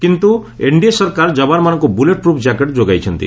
କିନ୍ତୁ ଏନ୍ଡିଏ ସରକାର ଯବାନମାନଙ୍କୁ ବୁଲେଟ୍ ପ୍ରଫ୍ ଜ୍ୟାକେଟ୍ ଯୋଗାଇଛନ୍ତି